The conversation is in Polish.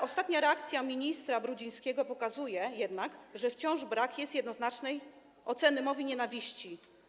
Ostatnia reakcja ministra Brudzińskiego pokazuje jednak, że wciąż brakuje jednoznacznej oceny mowy nienawiści.